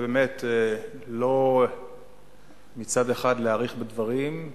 ובאמת לא להאריך בדברים,